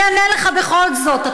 אני אענה לך בכל זאת.